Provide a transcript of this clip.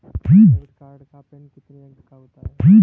Debit card का PIN कितने अंकों का होता है?